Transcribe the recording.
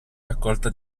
raccolta